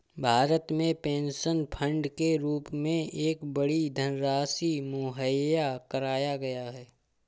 भारत में pension fund के रूप में एक बड़ी धनराशि मुहैया कराया गया है